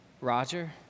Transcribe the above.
Roger